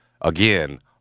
Again